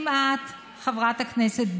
תובנה אחת,